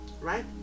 right